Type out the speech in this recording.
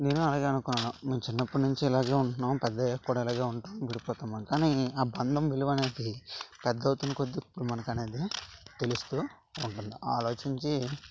నేను అడగను కాను నేను చిన్నప్పటినుంచి ఇలాగే ఉంటున్నాం పెద్ద అయ్యాక కూడా ఇలాగే ఉంటాం విడిపోతామా కాని ఆ బంధం విలువు అనేది పెద్ద అవుతున్నకొద్దీ ఇప్పుడు మనకు అనేది తెలుస్తూ ఉంటుంది ఆలోచించి